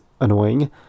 annoying